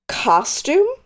costume